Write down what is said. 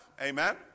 Amen